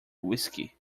whisky